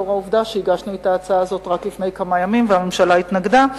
לאור העובדה שהגשנו את ההצעה הזאת רק לפני כמה ימים והממשלה התנגדה.